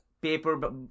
paper